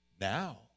Now